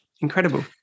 Incredible